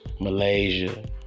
Malaysia